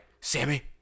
sammy